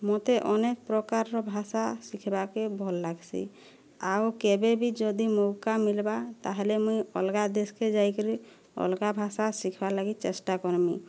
ମୋତେ ଅନେକ ପ୍ରକାରର ଭାଷା ଶିଖିବାକେ ଭଲ୍ ଲାଗ୍ସି ଆଉ କେବେବି ଯଦି ମଉକା ମିଲ୍ବା ତାହେଲେ ମୁଁ ଅଲଗା ଦେଶ୍କେ ଯାଇକରି ଅଲଗା ଭାଷା ଶିଖିବା ଲାଗି ଚେଷ୍ଟା କରିମି